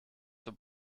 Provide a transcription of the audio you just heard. zur